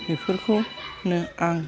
बेफोरखौनो आं